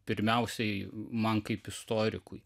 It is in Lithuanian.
pirmiausiai man kaip istorikui